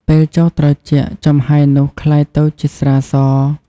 ពេលចុះត្រជាក់ ចំហាយនោះក្លាយទៅជាស្រាស។